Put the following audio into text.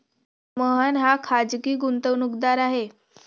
मोहन हा खाजगी गुंतवणूकदार आहे